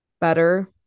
better